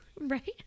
right